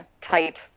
type